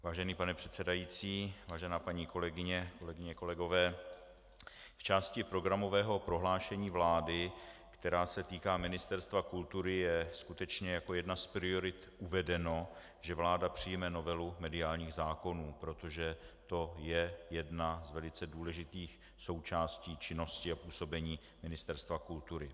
Vážený pane předsedající, vážená paní kolegyně, kolegyně, kolegové, v části programového prohlášení vlády, která se týká Ministerstva kultury, je skutečně jako jedna z priorit uvedeno, že vláda přijme novelu mediálních zákonů, protože to je jedna z velice důležitých součástí činnosti a působení Ministerstva kultury.